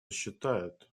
считают